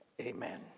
amen